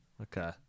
okay